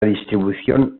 distribución